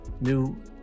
new